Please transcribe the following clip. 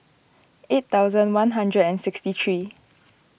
eight thousand one hundred and sixty three